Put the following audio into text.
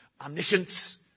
Omniscience